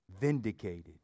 vindicated